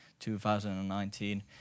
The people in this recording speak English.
2019